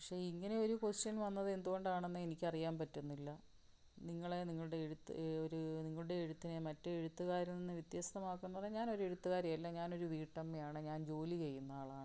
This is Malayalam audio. പക്ഷേ ഇങ്ങനെ ഒരു ക്വസ്റ്റ്യൻ വന്നത് എന്തുകൊണ്ടാണെന്ന് എനിക്കറിയാൻ പറ്റുന്നില്ല നിങ്ങളെ നിങ്ങളുടെ എഴുത്ത് ഒരു നിങ്ങളുടെ എഴുത്തിന് മറ്റേ എഴുത്തുകാരിൽ നിന്ന് വ്യത്യസ്തമാക്കുന്ന ഞാനൊരു എഴുത്തുകാരിയല്ല ഞാനൊരു വീട്ടമ്മയാണ് ഞാൻ ജോലി ചെയ്യുന്ന ആളാണ്